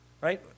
Right